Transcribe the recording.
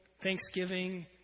thanksgiving